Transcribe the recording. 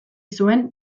zuen